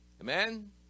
Amen